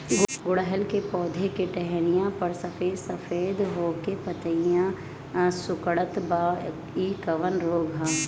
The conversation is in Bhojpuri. गुड़हल के पधौ के टहनियाँ पर सफेद सफेद हो के पतईया सुकुड़त बा इ कवन रोग ह?